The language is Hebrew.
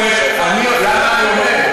למה אני אומר?